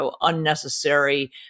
unnecessary